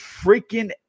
freaking